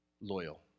loyal